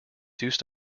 use